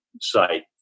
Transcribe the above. site